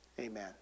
amen